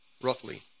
roughly